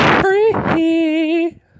free